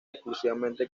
exclusivamente